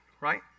right